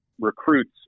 recruits